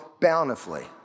bountifully